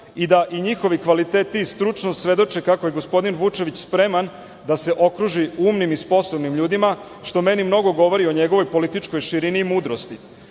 i da i njihovi kvaliteti i stručnost svedoče kako je gospodin Vučević spreman da se okruži umnim i sposobnim ljudima, što meni mnogo govori o njegovoj političkoj širini i mudrosti.